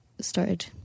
started